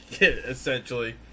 essentially